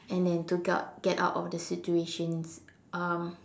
and then to got get out of the situation um